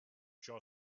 ciò